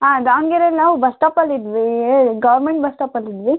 ಆಂ ದಾವಣ್ಗೆರೆಲಿ ನಾವು ಬಸ್ ಸ್ಟಾಪಲ್ಲಿ ಇದ್ವಿ ಗೌರ್ಮೆಂಟ್ ಬಸ್ ಸ್ಟಾಪಲ್ಲಿ ಇದ್ವಿ